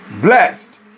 blessed